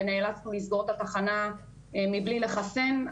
ונאלצנו לסגור את התחנה מבלי לחסן.